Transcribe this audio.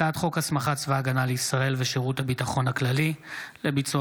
הצעת חוק הסמכת צבא הגנה לישראל ושירות הביטחון הכללי לביצוע